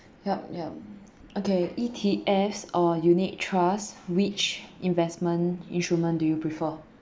yup yup okay E_T_S or unit trust which investment instrument do you prefer